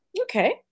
okay